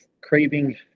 craving